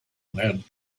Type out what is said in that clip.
had